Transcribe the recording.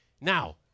Now